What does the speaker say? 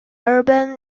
urban